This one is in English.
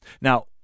Now